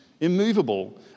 immovable